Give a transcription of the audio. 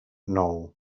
nou